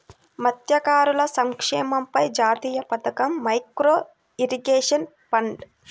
మత్స్యకారుల సంక్షేమంపై జాతీయ పథకం, మైక్రో ఇరిగేషన్ ఫండ్